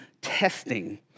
testing